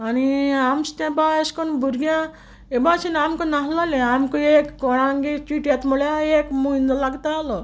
आनी आमच तें बाय एश कोन भुरग्यां ए भाशेन आमक नाल्होलें आमक एक कोणांगे चीट येत म्हुळ्या एक म्हुयनो लागतालो